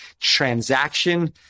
transaction